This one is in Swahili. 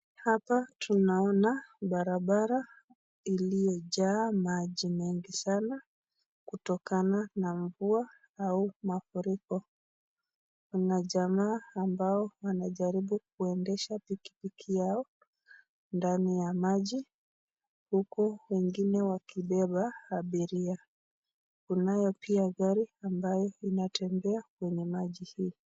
Hapa tunaona barabara iliyojaa maji maji mengi sana kutokana na mvua au mafuriko. Kuna majamaa ambao wanajaribu kuendesha pikipiki yao ndani ya maji huku wengine wakibeba abiria, kunayo pia gari ambayo inatembea kwenye maji hii.